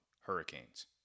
hurricanes